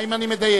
האם אני מדייק?